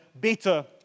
better